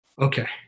Okay